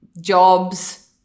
jobs